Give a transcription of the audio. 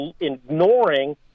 ignoring